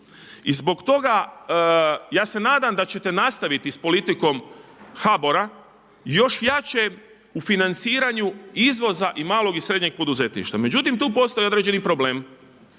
I zbog toga ja se nadam da ćete nastaviti s politikom HBOR-a još jače u financiranju izvoza i malog i srednjeg poduzetništva. Međutim tu postoji određeni problem,